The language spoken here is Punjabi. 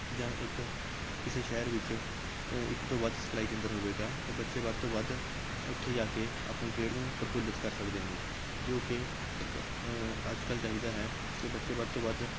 ਜਾਂ ਇੱਕ ਕਿਸੇ ਸ਼ਹਿਰ ਵਿੱਚ ਇੱਕ ਤੋਂ ਵੱਧ ਸਿਖਲਾਈ ਕੇਂਦਰ ਹੋਵੇਗਾ ਤਾਂ ਬੱਚੇ ਵੱਧ ਤੋਂ ਵੱਧ ਉੱਥੇ ਜਾ ਕੇ ਆਪਣੀ ਖੇਡ ਨੂੰ ਪ੍ਰਫੁੱਲਿਤ ਕਰ ਸਕਦੇ ਨੇ ਜੋ ਕਿ ਸਰਕਾ ਅੱਜ ਕੱਲ੍ਹ ਚਾਹੀਦਾ ਹੈ ਕਿ ਬੱਚੇ ਵੱਧ ਤੋਂ ਵੱਧ